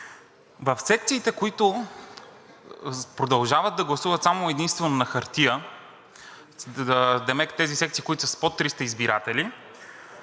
В секциите, в които продължават да гласуват само и единствено с хартия – демек тези секции, които са с под 300 избиратели,